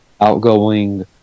outgoing